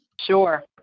Sure